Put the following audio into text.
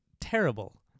terrible